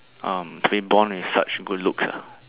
um to be born with such good looks ah